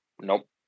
Nope